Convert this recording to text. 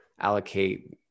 allocate